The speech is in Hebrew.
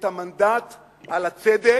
את המנדט על הצדק,